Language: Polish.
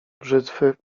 brzytwy